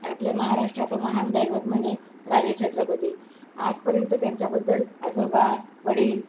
आपल्या महाराष्ट्राचं महान दैवत म्हणजे राजे छत्रपती आजपर्यंत त्यांच्याबद्दल आजोबा वडील